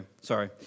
sorry